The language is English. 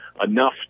enough